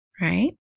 right